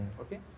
okay